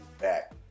back